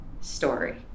story